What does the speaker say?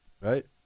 right